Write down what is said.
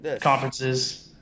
conferences